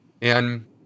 And-